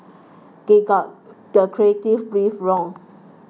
they got the creative brief wrong